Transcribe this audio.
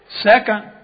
Second